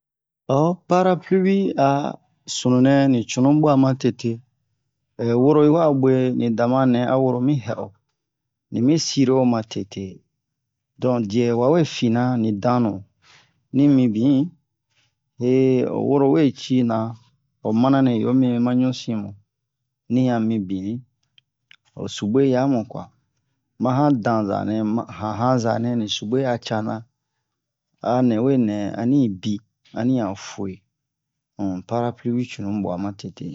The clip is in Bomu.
owo parapliwi a sunu nɛ ni cunu bwa ma tete woro yi wa bwe nidama nɛ a woro mi hɛ'o nimi sire o ma tete don diɛ wa we fi na ni danu ni mibin he o woro we cina ho mana nɛ ho mi ma ɲusin mu ni han mibin ni o sube yamu kwa ma han danza nɛ han hanza nɛ ni sube a cana anɛ we nɛ ani bi ani han fu'e um parapliwi cunu bwa ma tete